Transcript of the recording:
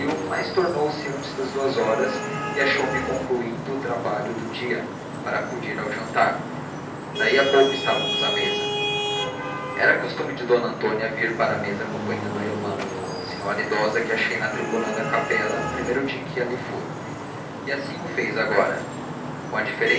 mas tornou antes das duas horas e achou me concluindo o trabalho do dia para acudir ao jantar daí a pouco estávamos à mesa era costume de d antônia vir para a mesa acompanhando a irmã a senhora idosa que achei na tribuna da capela no primeiro dia em que ali foi e assim o fez agora com